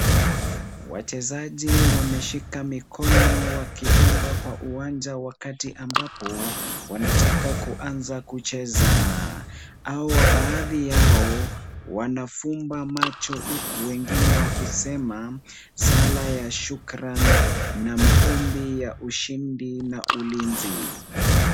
Wachezaji wameshika mikono wakiomba kwa uwanja wakati ambapo wanataka kuanza kucheza, hao baadhi yao wanafumba macho huku wengine wakisema sala ya shukrani na maombi ya ushindi na ulinzi.